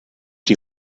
die